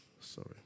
Sorry